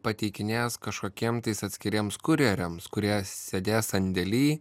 pateikinės kažkokiem tais atskiriems kurjeriams kurie sėdės sandėly